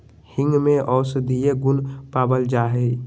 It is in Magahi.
हींग में औषधीय गुण पावल जाहई